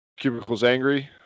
cubiclesangry